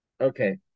Okay